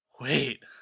Wait